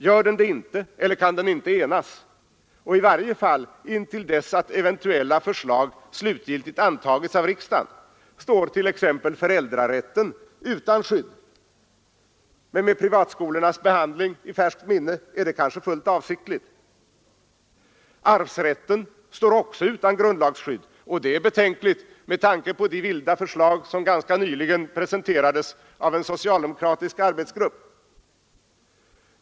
Gör den det inte, eller kan den inte enas och i varje fall intill dess att eventuella förslag slutgiltigt antagits av riksdagen, står t.ex. föräldrarätten utan skydd. Men med behandlingen av privatskolorna i färskt minne är det kanske fullt avsiktligt. Arvsrätten står också utan grundlagsskydd, och det är betänkligt med tanke på de vilda förslag om dess upphävande som ganska nyligen presenterades av en socialdemokra tisk arbetsgrupp.